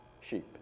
sheep